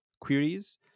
queries